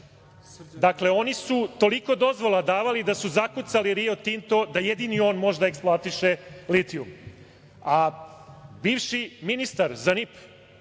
jave. Dakle, oni su toliko dozvola davali da su zakucali Rio Tinto da jedini on može da eksploatiše litijum. A bivši ministar za NIP,